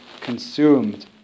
consumed